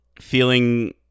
feeling